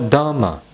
Dharma